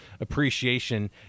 appreciation